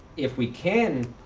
if we can